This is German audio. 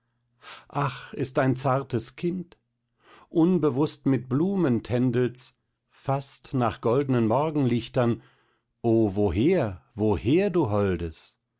ach ist ein zartes kind unbewußt mit blumen tändelt's faßt nach goldnen morgenlichtern o woher woher du holdes